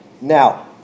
Now